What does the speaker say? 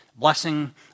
Blessing